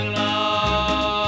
love